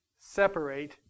separate